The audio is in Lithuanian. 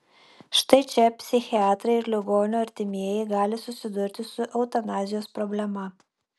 štai čia psichiatrai ir ligonio artimieji gali susidurti su eutanazijos problema